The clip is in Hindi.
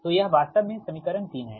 तो यह वास्तव में समीकरण 3 है